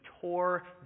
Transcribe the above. tore